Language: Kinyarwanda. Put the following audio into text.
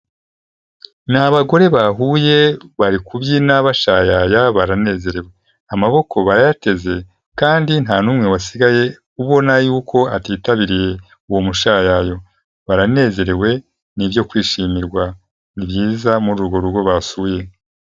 Ni abagore bahuye bari kubyina bashayaya baranezerewe, amaboko bayateze kandi nta n'umwe wasigaye ubona yuko atitabiriye uwo mushayayo, baranezerewe n'ibyo kwishimirwa ni byiza muri urwo rugo basuye.